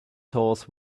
horse